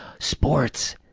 sports!